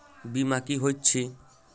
बीमा की होइत छी?